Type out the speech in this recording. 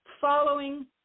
following